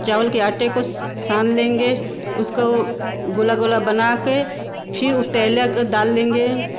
चावल के आटे को सान लेंगे उसका ओ गोला गोला बनाके फिर उतैला का दाल लेंगे